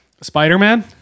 Spider-Man